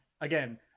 again